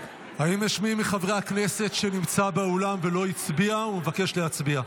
האם יש מי מחברי הכנסת שנמצא באולם ולא הצביע ומבקש להצביע?